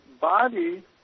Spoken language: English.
body